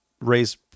raise